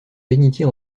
bénitier